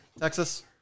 Texas